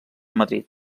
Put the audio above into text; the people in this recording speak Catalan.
madrid